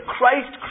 Christ